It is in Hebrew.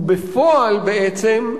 ובפועל, בעצם,